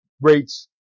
rates